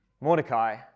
Mordecai